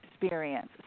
experience